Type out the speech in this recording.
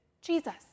Jesus